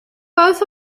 both